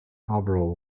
overall